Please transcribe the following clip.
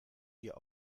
ihr